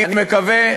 אני מקווה,